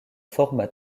forma